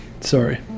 sorry